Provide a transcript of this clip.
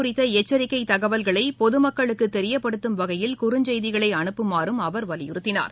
குறித்தஎச்சரிக்கைதகவல்களைபொதுமக்களுக்குதெரியப்படுத்தும் புயல் வகையில் குறுந்செய்திகளைஅனுப்புமாறும் அவர் வலியுறுத்தினார்